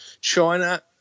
China